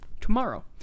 tomorrow